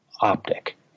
optic